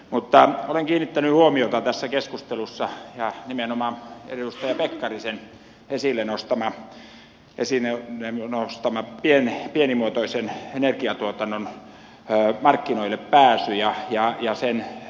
mutta olen kiinnittänyt huomiota tässä keskustelussa nimenomaan edustaja pekkarisen esille nostamaan pienimuotoisen energiatuotannon markkinoille pääsyyn ja verkkoon pääsyyn